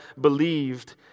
believed